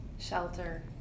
shelter